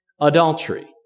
Adultery